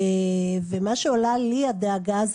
ועולה לי דאגה,